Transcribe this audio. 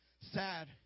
sad